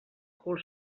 cul